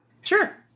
Sure